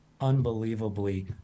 unbelievably